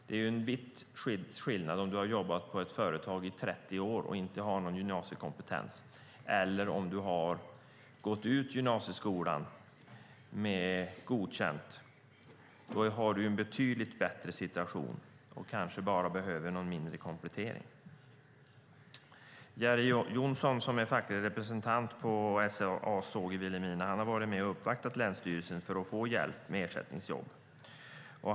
Det är en viss skillnad på om du har jobbat på ett företag i 30 år och inte har någon gymnasiekompetens och om du har gått ut gymnasieskolan med godkända betyg. I det senare fallet har du en betydligt bättre situation och kanske bara behöver någon mindre komplettering. Jerry Jonsson som är facklig representant på SCA:s såg i Vilhelmina har varit med och uppvaktat länsstyrelsen för att få hjälp med ersättningsjobb.